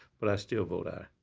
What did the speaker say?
but i still vote aye.